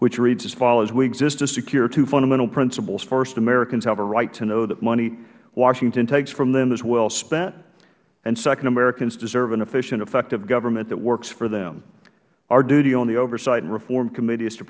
which reads as follows we exist to secure two fundamental principles first americans have a right to know that money washington takes from them is well spent and second americans deserve an efficient effective government that works for them our duty on the oversight and reform committee is to